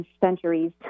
centuries